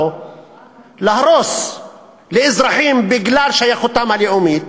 להרוס לאזרחים בגלל שייכותם הלאומית